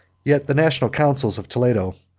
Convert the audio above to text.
yet the national councils of toledo,